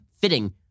fitting